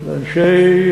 על כל שאלה